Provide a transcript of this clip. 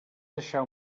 deixar